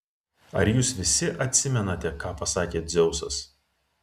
ar jūs visi atsimenate ką pasakė dzeusas